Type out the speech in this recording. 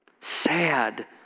sad